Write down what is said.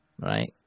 right